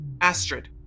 Astrid